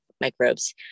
microbes